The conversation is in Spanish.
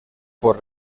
por